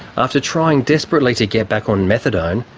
after trying desperately to get back on methadone,